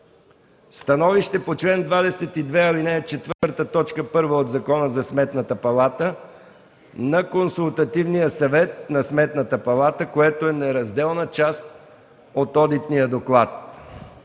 Становище по чл. 22, ал. 4, т. 1 от Закона за Сметната палата на Консултативния съвет на Сметната палата, което е неразделна част от одитния доклад.